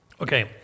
Okay